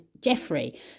Jeffrey